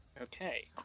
Okay